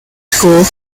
school